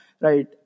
right